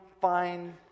fine